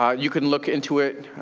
um you can look into it,